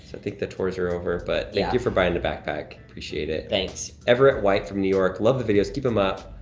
so think the tours are over. but thank like you for buying the backpack, appreciate it. thanks. everett white from new york, love the videos keep em up.